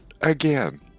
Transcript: again